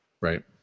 right